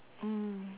mm